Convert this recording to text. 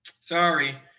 Sorry